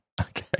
Okay